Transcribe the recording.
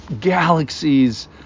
galaxies